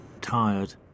tired